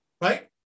Right